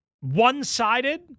one-sided